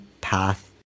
path